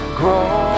grow